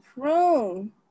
prune